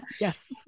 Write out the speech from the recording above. yes